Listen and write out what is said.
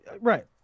right